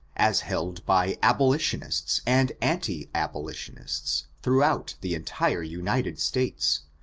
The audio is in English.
as held by abolitionists and anti-abolitionists, throughout the entire united states,